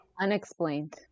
Unexplained